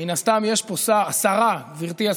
גברתי השרה.